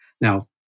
Now